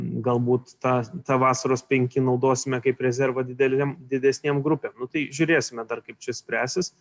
galbūt ta tą vasaros penki naudosime kaip rezervą dideliem didesnėm grupėm tai žiūrėsime dar kaip čia spręsis